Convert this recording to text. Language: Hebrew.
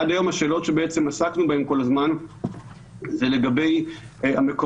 עד היום השאלות שבעצם עסקנו בהן כל הזמן הן לגבי המקומות